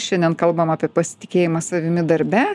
šiandien kalbam apie pasitikėjimą savimi darbe